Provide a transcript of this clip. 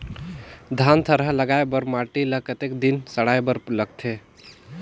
धान थरहा लगाय बर माटी ल कतेक दिन सड़ाय बर लगथे?